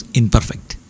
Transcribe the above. imperfect